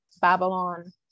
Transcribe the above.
Babylon